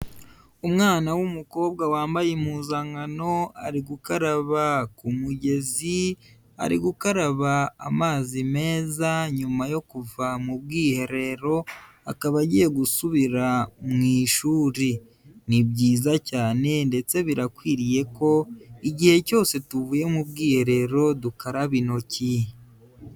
Umwana w'umukobwa wambaye impuzankano, ari gukaraba ku mugezi, ari gukaraba amazi meza nyuma yo kuva mu bwiherero, akaba agiye gusubira mu ishuri, ni byiza cyane ndetse birakwiriye ko igihe cyose tuvuye mu bwiherero dukaraba intoki.